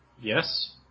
Yes